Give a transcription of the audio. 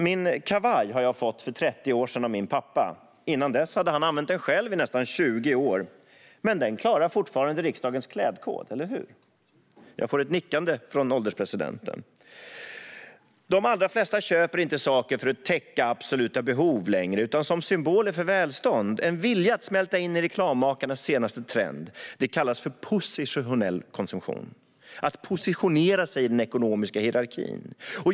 Min kavaj fick jag för 30 år sedan av min pappa. Innan dess hade han använt den själv i nästan 20 år. Men den klarar fortfarande riksdagens klädkod - eller hur? Jag får ett nickande från ålderspresidenten. De allra flesta köper inte längre saker för att täcka absoluta behov, utan de köper symboler för välstånd. Det handlar om en vilja att smälta in i reklammakarnas senaste trend. Det kallas för positionell konsumtion. Det handlar om att positionera sig i den ekonomiska hierarkin.